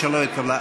139 לא התקבלה.